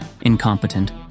Incompetent